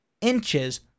inches